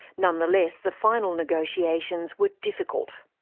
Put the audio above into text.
nonetheless, the final negotiations were difficult.